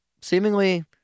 Seemingly